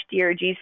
DRGs